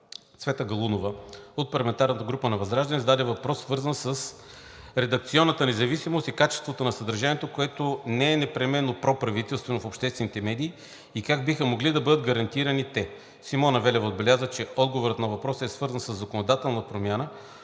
Цвета Галунов, от парламентарната група на ВЪЗРАЖДАНЕ зададе въпрос, свързан с редакционната независимост и качеството на съдържанието, което да не е непременно проправителствено в обществените медии и как биха могли да бъдат гарантирани те. Симона Велева отбеляза, че отговорът на въпроса е свързан със законодателна промяна,